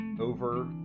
over